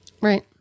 Right